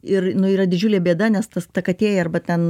ir yra didžiulė bėda nes tas ta katė arba ten